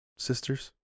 Sisters